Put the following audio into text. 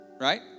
right